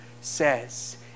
says